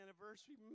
anniversary